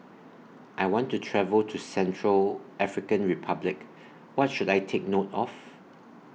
I want to travel to Central African Republic What should I Take note of